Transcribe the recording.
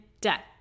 debt